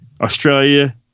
Australia